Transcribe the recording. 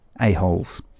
a-holes